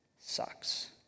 sucks